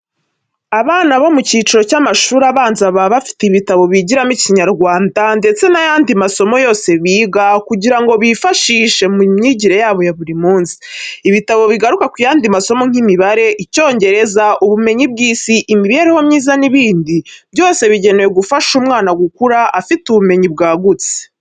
Abana bo mu cyiciro cy’amashuri abanza baba bafite ibitabo bigiramo Ikinyarwanda ndetse n’ayandi masomo yose biga, kugira ngo bibafashe mu myigire yabo ya buri munsi. Ibitabo bigaruka ku yandi masomo nk'imibare, Icyongereza, ubumenyi bw'isi, imibereho myiza n'ibindi byose bigenewe gufasha umwana gukura afite ubumenyi bwagutse.